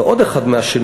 זה עוד אחד מהשינויים.